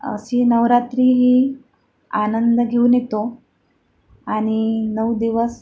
अशी नवरात्री ही आनंद घेऊन येतो आणि नऊ दिवस